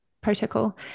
protocol